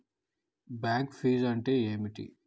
Bank ఫీజ్లు అంటే ఏమిటి?